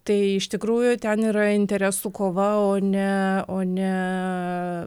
tai iš tikrųjų ten yra interesų kova o ne o ne